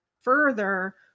further